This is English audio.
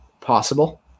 possible